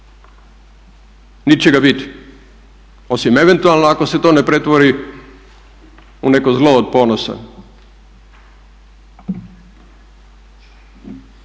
će ga biti, osim eventualno ako se to ne pretvori u neko zlo od ponosa.